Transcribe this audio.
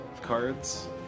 cards